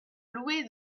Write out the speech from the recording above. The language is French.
louer